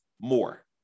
more